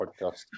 podcast